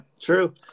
true